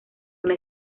una